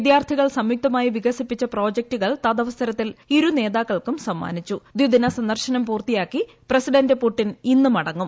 വിദ്യാർത്ഥികൾ സംയുക്തമായി വികസിപ്പിച്ച പ്രോജിക്ടുകൾ തദവസരത്തിൽ ഇരുനേതാക്കൾക്കും സമ്മാനിച്ചും ദ്വിദ്വീന സന്ദർശനം പൂർത്തിയാക്കി പ്രസിഡന്റ് പുടിൻ ഇന്ന് മടങ്ങും